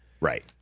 Right